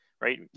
right